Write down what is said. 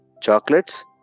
chocolates